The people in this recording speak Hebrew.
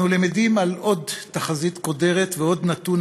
אנחנו למדים על עוד תחזית קודרת ועוד נתון